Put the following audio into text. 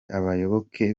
abayoboke